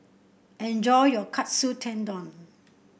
enjoy your Katsu Tendon